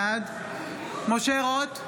בעד משה רוט,